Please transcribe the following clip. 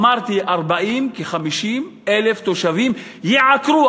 אמרתי: 40,000, כ-50,000 תושבים ייעקרו.